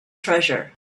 treasure